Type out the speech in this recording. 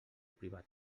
privat